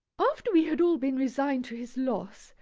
after we had all been resigned to his loss,